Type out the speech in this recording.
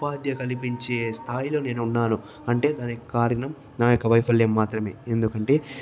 ఉపాధి కల్పించే స్థాయిలో నేను ఉన్నాను అంటే దానికి కారణం నా యొక్క వైఫల్యం మాత్రమే ఎందుకంటే